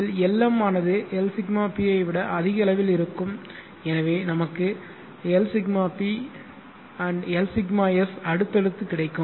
இதில் Lm ஆனது Lσp விட அதிக அளவில் இருக்கும் எனவே நமக்கு Lσp and Lσs அடுத்தடுத்து கிடைக்கும்